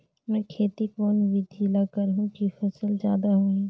मै खेती कोन बिधी ल करहु कि फसल जादा होही